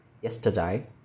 yesterday